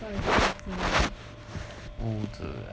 so I stay 屋子 lor